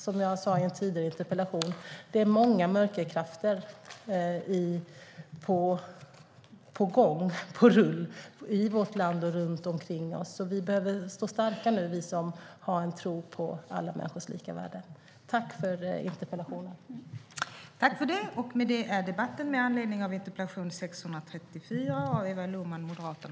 Som jag sa i en tidigare interpellation: Det är många mörkerkrafter på gång i vårt land och runt omkring oss, så vi behöver stå starka nu, vi som har en tro på alla människors lika värde. Tack för interpellationen!